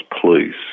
police